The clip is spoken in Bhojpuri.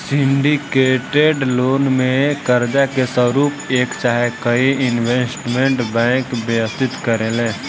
सिंडीकेटेड लोन में कर्जा के स्वरूप एक चाहे कई इन्वेस्टमेंट बैंक व्यवस्थित करेले